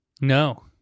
No